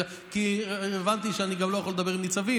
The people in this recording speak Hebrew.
כי הבנתי שאני גם לא יכול לדבר עם ניצבים,